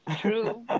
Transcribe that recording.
True